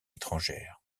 étrangères